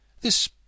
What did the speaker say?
This